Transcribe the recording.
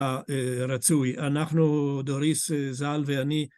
רצוי. אנחנו, דוריס, ז"ל ואני